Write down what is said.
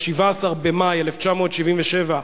ב-17 במאי 1977,